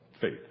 Faith